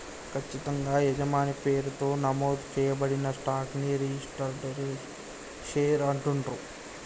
ఖచ్చితంగా యజమాని పేరుతో నమోదు చేయబడిన స్టాక్ ని రిజిస్టర్డ్ షేర్ అంటుండ్రు